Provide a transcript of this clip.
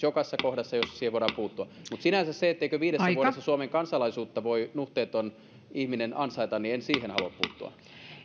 jokaisessa kohdassa jossa siihen voidaan puuttua mutta sinänsä siihen etteikö viidessä vuodessa suomen kansalaisuutta voi nuhteeton ihminen ansaita en halua puuttua